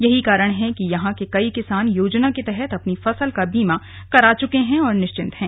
यही कारण है कि यहां के कई किसान योजना के तहत अपनी फसल का बीमा करा चुके हैं और निश्चिंत हैं